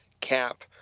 cap